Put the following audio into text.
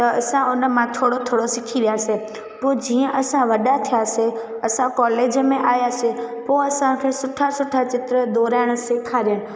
त असां उन मां थोरो थोरो सिखी वियासीं पोइ जीअं असां वॾा थियासीं असां कॉलेज में आहियासीं पोइ असांखे सुठा सुठा चित्र दौराइणु सेखारींदा